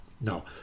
No